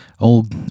old